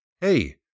hey